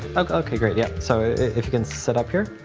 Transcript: okay, great, yeah so if you can set up here.